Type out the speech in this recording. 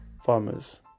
farmers